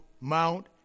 Mount